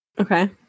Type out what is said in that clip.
Okay